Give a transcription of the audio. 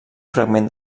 fragment